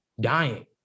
dying